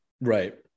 Right